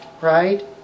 right